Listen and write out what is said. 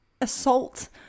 assault